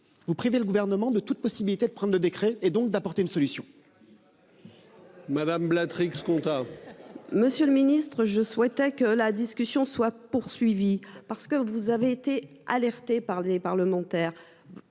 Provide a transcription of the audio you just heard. vous priver le gouvernement de toute possibilité de prendre de décret et donc d'apporter une solution. Madame. Contrat. Monsieur le Ministre, je souhaitais que la discussion soit poursuivi parce que vous avez été alertés par les parlementaires.